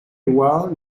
loire